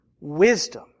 Wisdom